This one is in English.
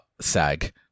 Sag